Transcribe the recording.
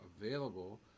available